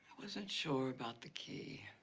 wasn't sure about the key.